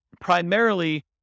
primarily